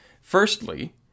Firstly